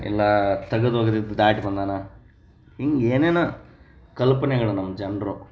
ಇಲ್ಲ ತೆಗದ್ ಒಗ್ದಿದ್ದು ದಾಟಿ ಬಂದಾನೆ ಹಿಂಗೆ ಏನೇನೋ ಕಲ್ಪನೆಗಳು ನಮ್ಮ ಜನರು